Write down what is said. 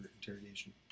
interrogation